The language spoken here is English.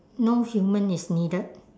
no human is needed